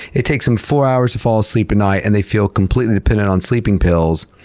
it takes them four hours to fall asleep at night and they feel completely dependent on sleeping pills.